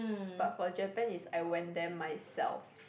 but for Japan is I went there myself